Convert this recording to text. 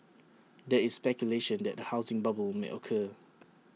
there is speculation that A housing bubble may occur